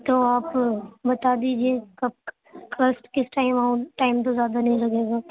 تو آپ بتا دیجیے کب کس کس ٹائم آؤں ٹائم تو زیادہ نہیں لگے گا